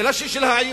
השאלה של העייפות,